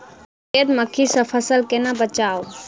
सफेद मक्खी सँ फसल केना बचाऊ?